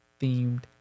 themed